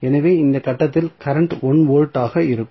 எனவே இந்த கட்டத்தில் கரண்ட் 1 வோல்ட்டாக இருக்கும்